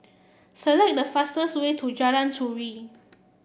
select the fastest way to Jalan Turi